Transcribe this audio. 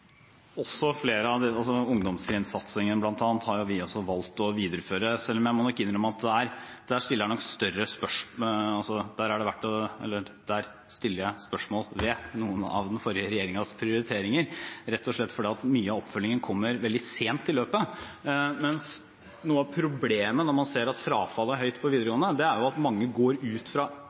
de skal gå. Ungdomstrinnsatsingen, bl.a., har vi også valgt å videreføre, selv om jeg nok må innrømme at der stiller jeg spørsmål ved noen av den forrige regjeringens prioriteringer, rett og slett fordi mye av oppfølgingen kommer veldig sent i løpet, mens noe av problemet når man ser at frafallet er høyt på videregående, jo er at mange går ut fra